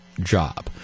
job